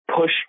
push